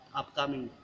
upcoming